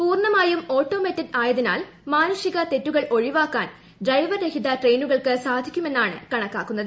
പൂർണമായും ഓട്ടോമേറ്റഡ് ആയതിനാൽ മാനുഷികമായ തെറ്റുകൾ ഒഴിവാക്കാൻ ഡ്രൈവർ രഹിത ട്രെയിനുകൾക്ക് സാധിക്കുമെന്നാണ് കണക്കാക്കുന്നത്